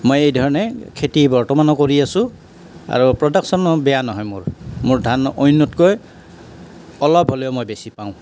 মই এই ধৰণে খেতি বৰ্তমানেও কৰি আছোঁ আৰু প্ৰডাকশ্যনো বেয়া নহয় মোৰ মোৰ ধান অন্য়তকৈ অলপ হ'লেও মই বেছি পাওঁ